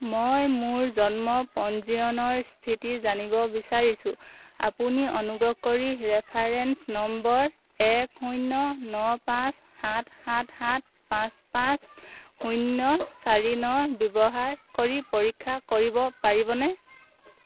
মই মোৰ জন্ম পঞ্জীয়নৰ স্থিতি জানিব বিচাৰিছোঁ আপুনি অনুগ্ৰহ কৰি ৰেফাৰেন্স নম্বৰ এক শূন্য ন পাঁচ সাত সাত সাত পাঁচ পাঁচ শূন্য চাৰি ন ব্যৱহাৰ কৰি পৰীক্ষা কৰিব পাৰিবনে